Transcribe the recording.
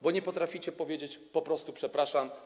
Bo nie potraficie powiedzieć po prostu: przepraszam.